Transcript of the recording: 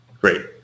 Great